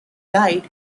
died